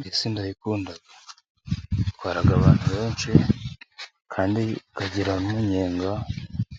Bisi ndayikunda itwara abantu benshi ,kandi ikagira n'umunyenga